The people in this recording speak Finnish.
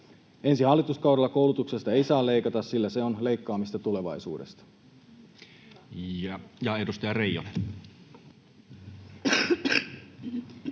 Ensi hallituskaudella koulutuksesta ei saa leikata, sillä se on leikkaamista tulevaisuudesta.